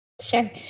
Sure